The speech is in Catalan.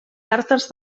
tàrtars